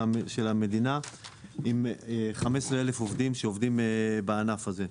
המדינה עם 15,000 עובדים שעובדים בענף הזה.